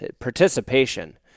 participation